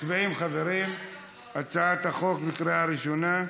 מצביעים, חברים, על הצעת החוק בקריאה ראשונה.